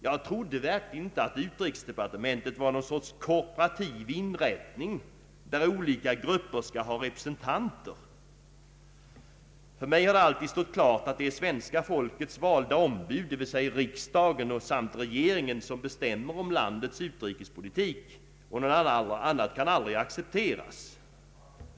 Jag trodde verkligen inte att UD var någon sorts korportaiv inrättning där olika grupper skall ha representanter. För mig har det alltid stått klart att det är svenska folkets valda ombud, d.v.s. riksdagen och regeringen, som bestämmer om landets utrikespolitik. Något annat kan aldrig accepteras.